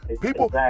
People